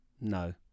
No